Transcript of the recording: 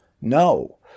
No